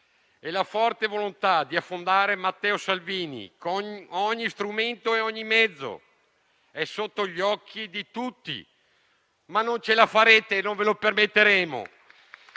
La forte volontà di affondare Matteo Salvini, con ogni strumento e ogni mezzo, è poi sotto gli occhi di tutti, ma non ce la farete: non ve lo permetteremo.